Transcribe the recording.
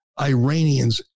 Iranians